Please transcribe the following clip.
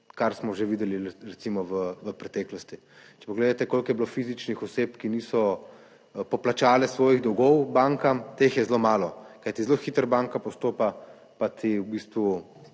kar smo že videli recimo v preteklosti. Če pogledate koliko je bilo fizičnih oseb, ki niso poplačale svojih dolgov bankam, teh je zelo malo, kajti zelo hitro banka postopa, pa ti v bistvu